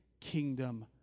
kingdom